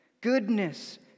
goodness